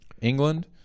England